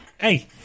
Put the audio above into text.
Hey